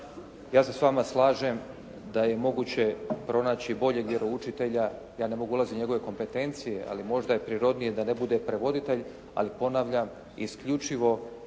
Ja se s vama slažem da je moguće pronaći boljeg vjeroučitelja. Ja ne mogu ulaziti u njegove kompetencije, ali možda je prirodnije da ne bude prevoditelj. Ali ponavljam, isključivo